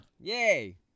yay